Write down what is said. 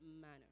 manner